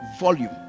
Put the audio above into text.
volume